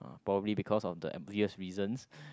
probably because of the reasons